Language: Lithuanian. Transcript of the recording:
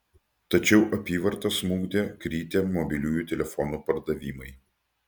tačiau apyvartą smukdė kritę mobiliųjų telefonų pardavimai